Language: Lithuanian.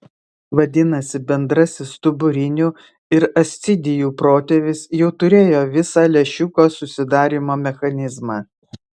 vadinasi bendrasis stuburinių ir ascidijų protėvis jau turėjo visą lęšiuko susidarymo mechanizmą